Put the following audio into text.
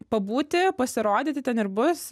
pabūti pasirodyti ten ir bus